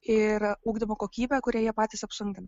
ir ugdymo kokybę kurią jie patys apsunkina